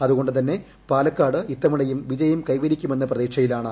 അതുകൊു തന്നെ പാലക്കാട് ഇത്തവണയും വിജയം ക്കൈവരിക്കുമെന്ന പ്രതീക്ഷയിലാണ്